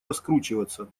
раскручиваться